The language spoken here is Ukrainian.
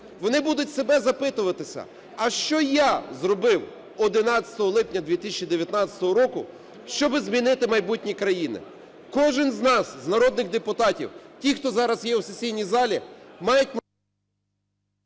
вони будуть себе запитуватися, а що я зробив 11 липня 2019 року, щоби змінити майбутнє країни? Кожен з нас, з народних депутатів, ті, хто зараз є у сесійній залі, мають…